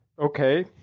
Okay